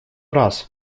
раз